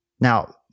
Now